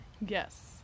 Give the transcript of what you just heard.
Yes